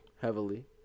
heavily